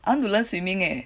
I want to learn swimming eh